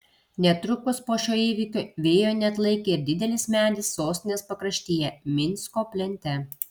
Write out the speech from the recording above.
netrukus po šio įvykio vėjo neatlaikė ir didelis medis sostinės pakraštyje minsko plente